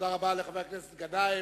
תודה רבה לחבר הכנסת גנאים.